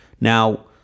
Now